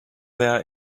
there